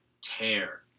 tear